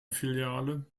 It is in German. filiale